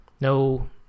No